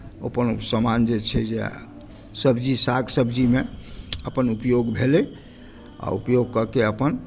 अपन सामान जे छै जे सब्जी साग सब्जीमे अपन उपयोग भेलै आ उपयोग कऽ के अपन